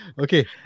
Okay